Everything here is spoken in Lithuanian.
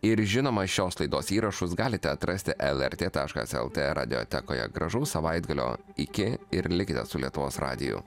ir žinoma šios laidos įrašus galite atrasti lrt taškas lt radiotekoje gražaus savaitgalio iki ir likite su lietuvos radiju